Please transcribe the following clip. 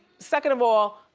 second of all,